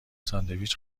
ساندویچ